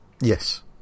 Yes